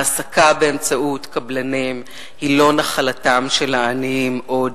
העסקה באמצעות קבלנים היא לא נחלתם של העניים עוד,